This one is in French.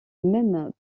même